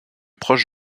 proche